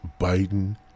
Biden